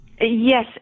Yes